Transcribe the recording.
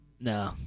No